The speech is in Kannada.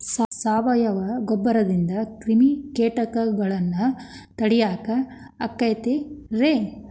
ಸಾವಯವ ಗೊಬ್ಬರದಿಂದ ಕ್ರಿಮಿಕೇಟಗೊಳ್ನ ತಡಿಯಾಕ ಆಕ್ಕೆತಿ ರೇ?